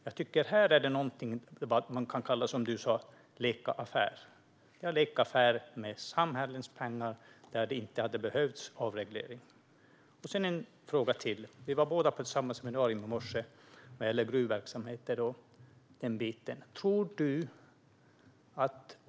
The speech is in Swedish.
Det här är något som man kan kalla, som du sa, att leka affär - leka affär med samhällets pengar där det inte hade behövts avreglering. Jag har en fråga till. Vi var båda på ett seminarium i morse om gruvverksamheter.